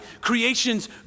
creation's